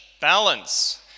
Balance